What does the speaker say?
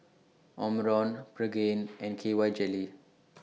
Omron Pregain and K Y Jelly